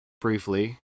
briefly